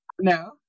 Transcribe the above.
no